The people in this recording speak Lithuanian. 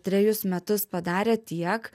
trejus metus padarė tiek